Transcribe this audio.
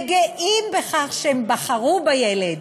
וגאים בכך שהם בחרו בילד,